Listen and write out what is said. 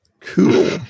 cool